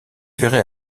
verrait